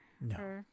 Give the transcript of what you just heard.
No